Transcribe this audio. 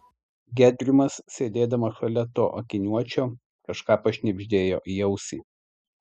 gedrimas sėdėdamas šalia to akiniuočio kažką pašnibždėjo į ausį